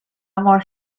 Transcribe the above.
mor